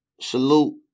salute